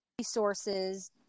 resources